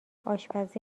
آشپزی